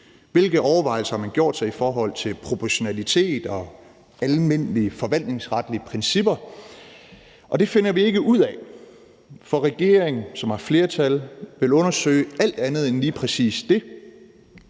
Hvilke overvejelser har man gjort sig i forhold til proportionalitet og almindelige forvaltningsretlige principper? Det finder vi ikke ud af, for regeringen, som har flertal, vil undersøge alt andet end lige præcis det.